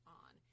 on